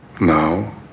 now